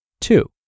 Two